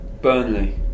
Burnley